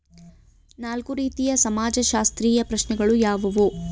ನಾಲ್ಕು ರೀತಿಯ ಸಮಾಜಶಾಸ್ತ್ರೀಯ ಪ್ರಶ್ನೆಗಳು ಯಾವುವು?